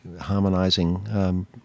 harmonising